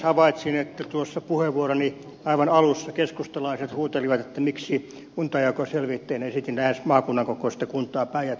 havaitsin että tuossa puheenvuoroni aivan alussa keskustalaiset huutelivat että miksi kuntajakoselvitteen esitin lähes maakunnan kokoista kuntaa päijät hämettä koskien